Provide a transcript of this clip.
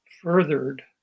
furthered